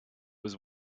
was